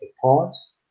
pause